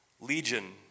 Legion